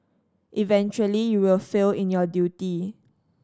eventually you will fail in your duty